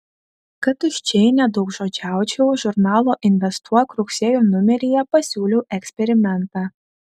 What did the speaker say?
kad tuščiai nedaugžodžiaučiau žurnalo investuok rugsėjo numeryje pasiūliau eksperimentą